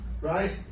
right